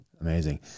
Amazing